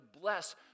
bless